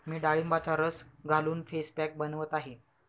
मी डाळिंबाचा रस घालून फेस पॅक बनवत आहे